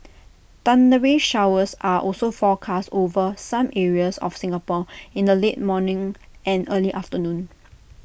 thundery showers are also forecast over some areas of Singapore in the late morning and early afternoon